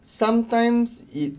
sometimes it